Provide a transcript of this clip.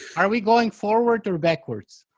are we going forward or backwards?